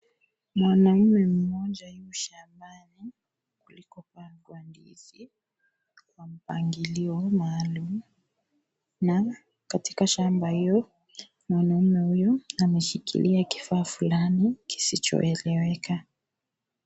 Mwanaume mmoja yu shambani na mgomba wa ndizi una mpangilio maalum na katika shamba hilo mwanaume huyo anashikila kifaa fulani kisicho eleweka.